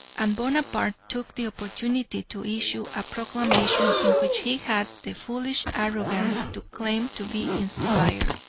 and bonaparte took the opportunity to issue a proclamation in which he had the foolish arrogance to claim to be inspired.